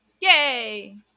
Yay